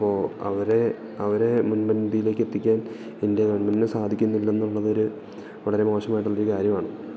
അപ്പോള് അവരെ അവരെ മുൻപന്തിയിലേക്കെത്തിക്കാൻ ഇന്ത്യാ ഗവൺമെൻ്റിനു സാധിക്കുന്നില്ലന്നുള്ളതൊരു വളരെ മോശമായിട്ടുള്ളൊരു കാര്യമാണ്